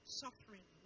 suffering